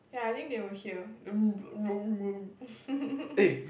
yeah I think they will hear